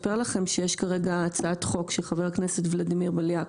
לספר לכם שיש כרגע הצעת חוק שחבר הכנסת ולדימיר בליאק